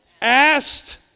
asked